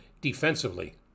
defensively